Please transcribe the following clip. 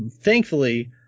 thankfully